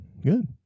Good